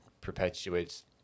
perpetuates